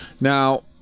Now